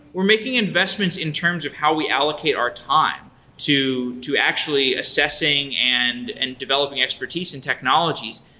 we're making investments in terms of how we allocate our time to to actually assessing and and developing expertise in technologies.